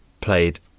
Played